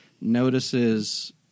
notices